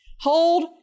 Hold